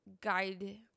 guide